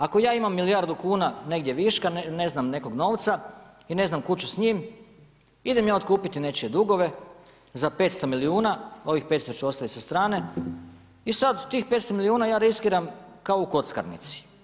Ako ja imam milijardu kuna negdje viška, ne znam, nekog novca i ne znam kuda ću s njim, idem ja otkupiti nečije dugove za 500 milijuna, ovih 500 ću ostaviti sa strane i sad tih 500 milijuna ja riskiram kao u kockarnici.